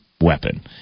weapon